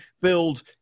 build